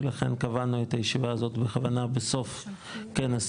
ולכן קבענו את הישיבה הזאת בכוונה בסוף כנס